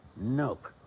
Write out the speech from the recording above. Nope